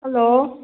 hello